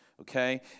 Okay